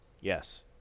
yes